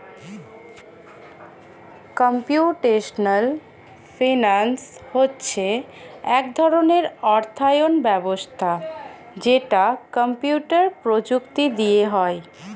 computational finance হচ্ছে এক ধরণের অর্থায়ন ব্যবস্থা যেটা কম্পিউটার প্রযুক্তি দিয়ে হয়